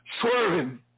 Swerving